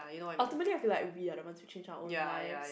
ultimately I feel like we are the ones who change our own lives